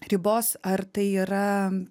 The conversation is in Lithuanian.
ribos ar tai yra